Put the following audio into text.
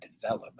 develop